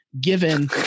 given